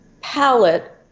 palette